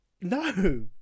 no